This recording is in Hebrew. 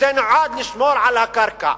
שזה נועד לשמור על הקרקע,